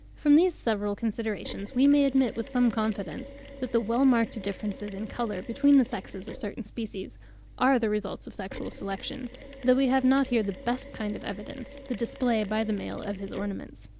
from these several considerations, we may admit with some confidence that the well-marked differences in colour between the sexes of certain species are the results of sexual selection though we have not here the best kind of evidence the display by the male of his ornaments.